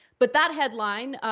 but that headline,